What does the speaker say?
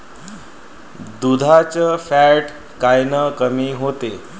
दुधाचं फॅट कायनं कमी होते?